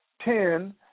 ten